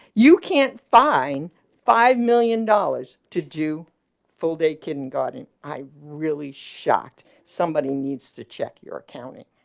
you can't find five million dollars to do full day kindergarten. i really shocked somebody needs to check your accounting